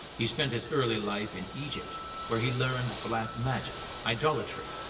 he spent his early life in egypt where he learned black magic, idolatry,